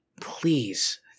Please